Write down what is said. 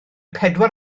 pedwar